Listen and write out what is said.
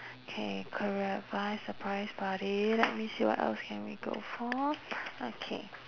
K career advice surprise party let me see what else can we go for okay